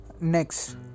Next